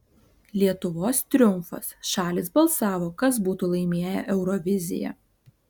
lietuvos triumfas šalys balsavo kas būtų laimėję euroviziją